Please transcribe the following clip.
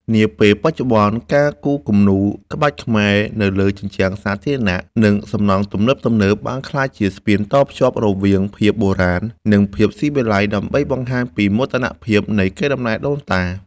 នាពេលបច្ចុប្បន្ន ការគូរគំនូរក្បាច់ខ្មែរនៅលើជញ្ជាំងសាធារណៈ និងសំណង់ទំនើបៗ បានក្លាយជាស្ពានតភ្ជាប់រវាងភាពបុរាណ និងភាពស៊ីវិល័យ ដើម្បីបង្ហាញពីមោទនភាពនៃកេរដំណែលដូនតា។